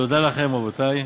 תודה לכם, רבותי.